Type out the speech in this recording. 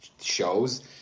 shows